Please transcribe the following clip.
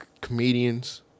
comedians